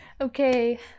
Okay